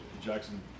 Jackson